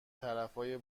طرفای